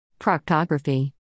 Proctography